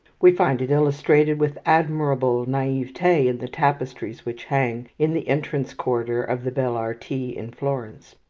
we find it illustrated with admirable naivete in the tapestries which hang in the entrance corridor of the belle arti in florence.